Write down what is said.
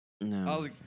No